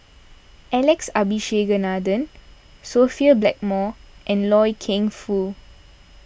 Alex Abisheganaden Sophia Blackmore and Loy Keng Foo